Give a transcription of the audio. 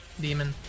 demon